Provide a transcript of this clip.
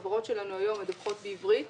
חברות שלנו היום מדווחות בעברית